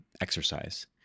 exercise